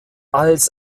als